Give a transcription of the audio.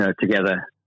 Together